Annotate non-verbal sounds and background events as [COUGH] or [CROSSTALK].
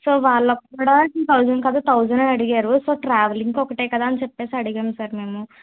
so వాళ్ళకి కూడా [UNINTELLIGIBLE] thousand కాదా థౌసండ్ అని అడిగారు సో ట్రావెలింగ్ ఒకటే కదా అని చెప్పి అడిగాము సార్ మేము